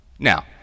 Now